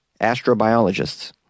astrobiologists